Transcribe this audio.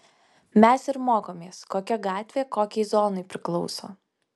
mes ir mokomės kokia gatvė kokiai zonai priklauso